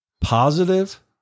positive